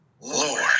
Lord